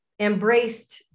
embraced